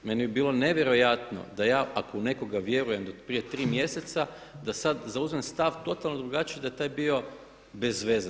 Meni bi bilo nevjerojatno da ja ako u nekoga vjerujem od prije tri mjeseca da sada zauzmem stav totalno drugačiji da je taj bio bez veze.